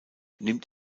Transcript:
nimmt